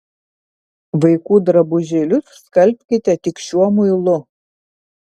vaikų drabužėlius skalbkite tik šiuo muilu